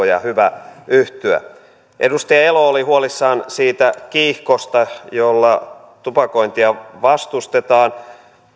ja hyvä yhtyä edustaja elo oli huolissaan siitä kiihkosta jolla tupakointia vastustetaan